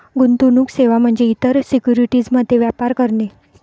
गुंतवणूक सेवा म्हणजे इतर सिक्युरिटीज मध्ये व्यापार करणे